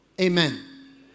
Amen